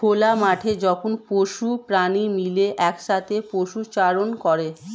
খোলা মাঠে যখন পশু প্রাণী মিলে একসাথে পশুচারণ করে